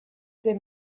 ses